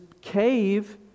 cave